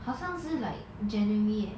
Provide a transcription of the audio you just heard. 好像是 like january leh